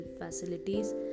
facilities